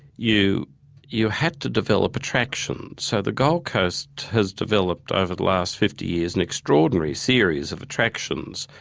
you you had to develop attractions. so the gold coast has developed over the last fifty years, an extraordinary series of attractions.